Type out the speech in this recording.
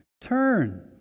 turn